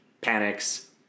panics